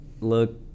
look